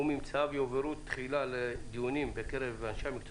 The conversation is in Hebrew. וממצאיו יועברו תחילה לדיונים בקרב אנשי המקצוע